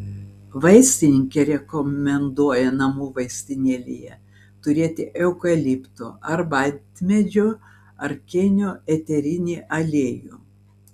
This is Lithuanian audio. vaistininkė rekomenduoja namų vaistinėlėje turėti eukalipto arbatmedžio ar kėnio eterinį aliejų